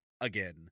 again